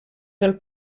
del